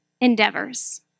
endeavors